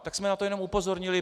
Tak jsme na to jenom upozornili.